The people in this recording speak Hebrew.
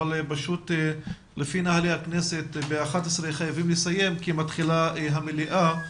אבל פשוט לפי נוהלי הכנסת ב-11:00 חייבים לסיים כי מתחילה המליאה,